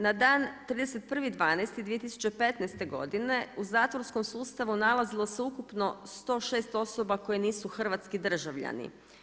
Na dan 31.12.2015. godine u zatvorskom sustavu nalazilo se ukupno 106 osoba koje nisu hrvatski državljani.